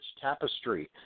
tapestry